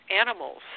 animals